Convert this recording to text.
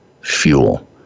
fuel